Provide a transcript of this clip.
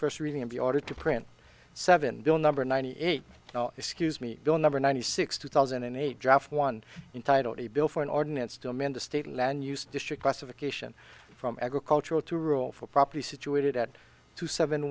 first reading of the order to print seven bill number ninety eight excuse me bill number ninety six two thousand and eight draft one entitled the bill for an ordinance to amend the state land use district classification from agricultural to rule for property situated at two seven